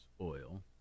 oil